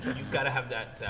you've gotta have that,